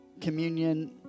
communion